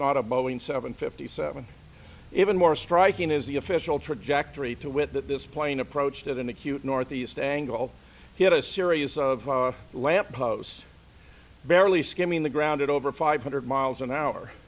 not a boeing seven fifty seven even more striking is the official trajectory to wit that this plane approached at an acute northeast angle he had a serious of lampposts barely skimming the ground at over five hundred miles an hour